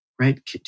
right